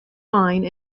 vine